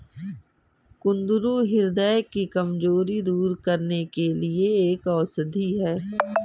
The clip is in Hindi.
कुंदरू ह्रदय की कमजोरी दूर करने के लिए एक औषधि है